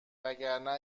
وگرنه